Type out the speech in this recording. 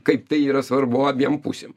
kaip tai yra svarbu abiem pusėm